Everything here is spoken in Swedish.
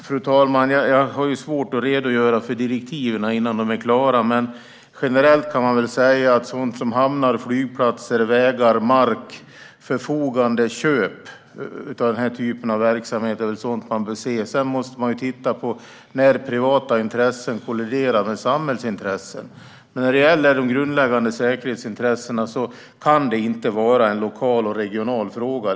Fru talman! Jag har svårt att redogöra för direktiven innan de är klara. Generellt kan man säga att sådant som hamnar, flygplatser, vägar, mark och förfogande och köp av den här typen av verksamhet är sådant som man bör se över. Sedan måste man titta på när privata intressen kolliderar med samhällsintressen. När det gäller de grundläggande säkerhetsintressena kan det inte vara en lokal och regional fråga.